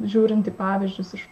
žiūrint į pavyzdžius iš